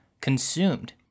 consumed